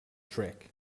trick